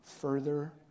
further